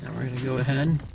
we're gonna go ahead,